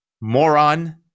moron